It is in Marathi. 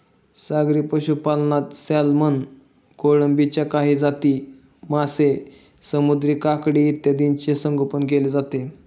सागरी पशुपालनात सॅल्मन, कोळंबीच्या काही जाती, मासे, समुद्री काकडी इत्यादींचे संगोपन केले जाते